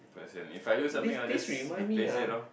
as in if I lose something I just like replace it loh